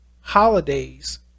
holidays